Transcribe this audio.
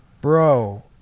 bro